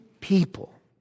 people